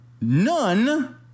none